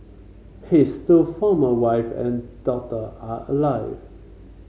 his two former wife and daughter are alive